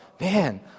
man